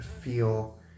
feel